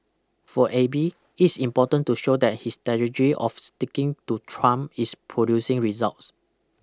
for Abe it's important to show that his strategy of sticking to Trump is producing results